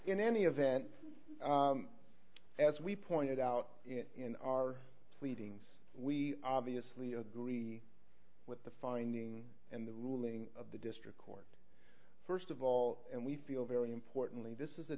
in any event as we pointed out in our pleadings we obviously agree with the finding and the ruling of the district court first of all and we feel very importantly this is a